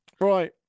Right